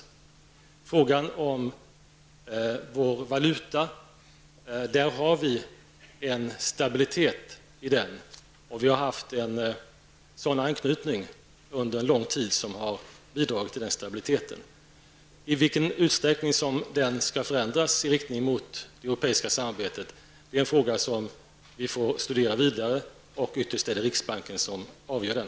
Jag vill beträffande vår valuta säga att den uppvisar stabilitet och att den under en lång tid haft en anknytning som bidragit till den stabiliteten. I vilken utsträckning den skall förändras med hänsyn till det europeiska samarbetet är en fråga som vi får studera vidare. Ytterst är det riksbanken som avgör den.